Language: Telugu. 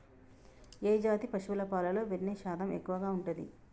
ఏ జాతి పశువుల పాలలో వెన్నె శాతం ఎక్కువ ఉంటది?